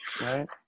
right